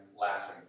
laughing